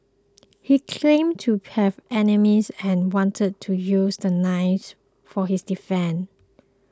he claimed to have enemies and wanted to use the knives for his defence